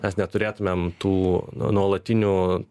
mes neturėtumėm tų nuolatinių